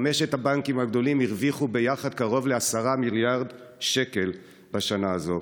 חמשת הבנקים הגדולים הרוויחו ביחד קרוב ל-10 מיליארד שקל בשנה הזו.